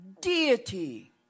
Deity